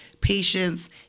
patients